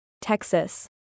Texas